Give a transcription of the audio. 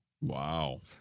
Wow